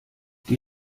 die